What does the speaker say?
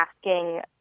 asking